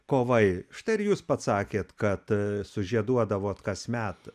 kovai štai ir jūs pats sakėt kad su žieduodavot kasmet